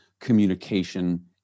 communication